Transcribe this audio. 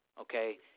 Okay